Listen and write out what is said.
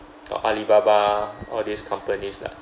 or Alibaba all these companies lah